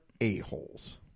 a-holes